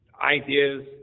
ideas